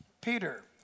Peter